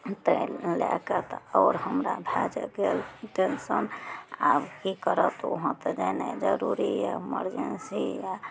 तै लएके तऽ आओर हमरा भए जा गेल टेन्शन आब की करब तऽ वहाँ तऽ जेनाइ जरूरी यऽ इमरजेन्सी यऽ